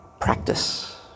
practice